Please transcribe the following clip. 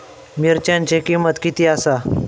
मिरच्यांची किंमत किती आसा?